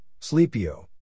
Sleepio